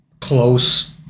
close